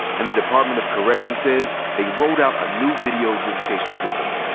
and the department of corrections says they rolled out a new video visitation system.